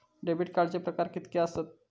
Debit कार्डचे प्रकार कीतके आसत?